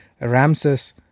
Ramses